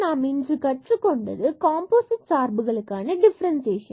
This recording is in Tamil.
நாம் இன்று கற்றுக்கொண்டது காம்போசிட் சார்புகளுக்கான டிஃபரண்சியேஷன்